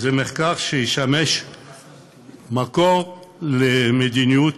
וזה מחקר שישמש מקור למדיניות